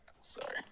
sorry